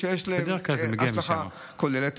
אני אומר לך כבר שהכלי הזה,